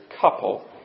couple